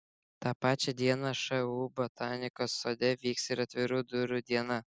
tą pačią dieną šu botanikos sode vyks ir atvirų durų diena